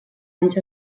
anys